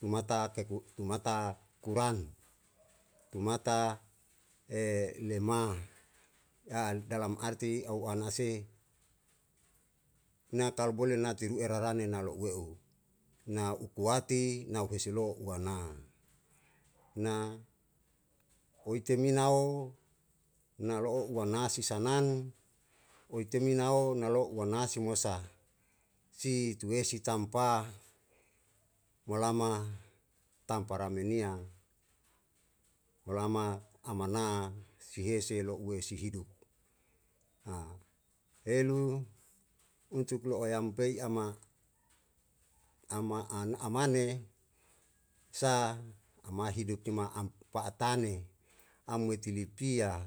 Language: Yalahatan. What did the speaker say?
Tumata a taku tumata kuran, tumata lemah, dalam arti au ana sei na tau bole na tiru erarane na lo'ueu na ukuati na hesi lua u ana, na oi teminao na lo'o u ana si sanan oi teminao na lo uana si mosa si tuesi tampa malama tampa ramenia hulama amana si hese lo'ue si hidup, helu untuk lo'o yampei ama, ama an amane sa ama hidup cuma am pa'atane am weti lipia